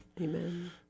Amen